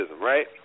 right